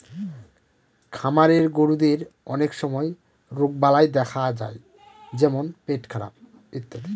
খামারের গরুদের অনেক সময় রোগবালাই দেখা যায় যেমন পেটখারাপ ইত্যাদি